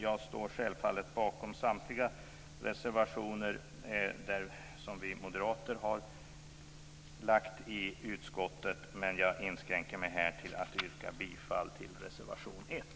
Jag står självfallet bakom samtliga reservationer som vi moderater har lagt i utskottet, men jag inskränker mig till att yrka bifall till reservation 1.